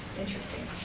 interesting